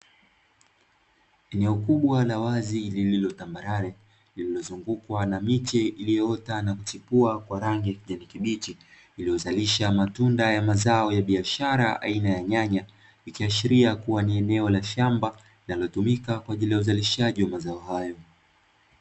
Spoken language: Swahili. Eneo kubwa la wazi lililotambarare lililozungukwa na miche iliyoota na kuchipua kwa rangi ya kijani kibichi iliyozalisha matunda, vya mazao ya biashara aina ya nyanya ikiashiria kuwa ni eneo la shamba linalotumika kwa ajili ya uzalishaji wa mazao hayo.